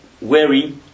wary